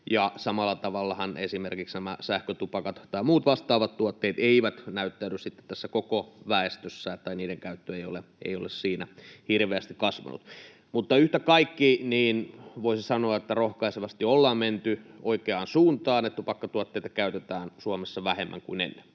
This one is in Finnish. samalla tavallahan esimerkiksi nämä sähkötupakat tai muut vastaavat tuotteet eivät näyttäydy tässä koko väestössä, tai niiden käyttö ei ole siinä hirveästi kasvanut. Mutta yhtä kaikki, voisi sanoa, että rohkaisevasti ollaan menty oikeaan suuntaan, kun tupakkatuotteita käytetään Suomessa vähemmän kuin ennen.